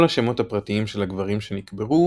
כל השמות הפרטיים של הגברים שנקברו